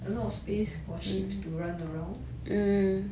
a lot of space for ships to run around